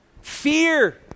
Fear